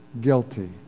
guilty